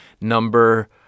number